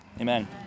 Amen